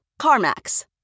CarMax